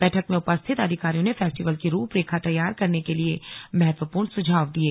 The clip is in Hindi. बैठक में उपस्थित अधिकारियों ने फेस्टिवल की रूपरेखा तैयार करने के लिए महत्वपूर्ण सुझाव दिये